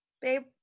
babe